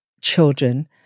children